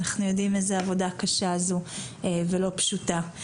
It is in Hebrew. כי אנחנו יודעים איזו עבודה קשה זו וכמה שהיא לא פשוטה.